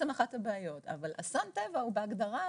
אסון טבע הוא בהגדרה